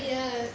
eh ya